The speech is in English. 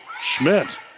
Schmidt